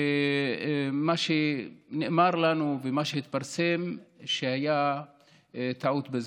מה שנאמר לנו ומה שהתפרסם הוא שהייתה טעות בזיהוי.